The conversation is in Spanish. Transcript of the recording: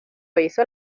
hizo